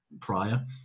prior